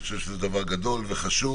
אני חושב שזה דבר גדול וחשוב.